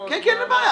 אין בעיה.